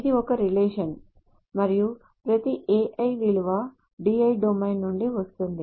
ఇది ఒక రిలేషన్ మరియు ప్రతి ai విలువ Di డొమైన్ నుండి వస్తుంది